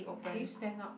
can you stand up